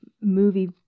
movie